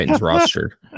roster